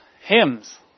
hymns